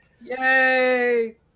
Yay